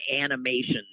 animation